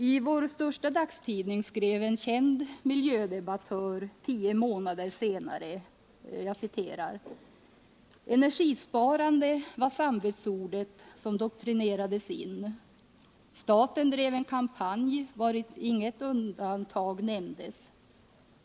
I vår största dagstidning skrev en känd miljödebattör tio månader senare: ”Energisparande var samvetsordet som doktrinerades in. Staten drev en kampanj vari inget enda undantag nämndes.